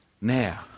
Now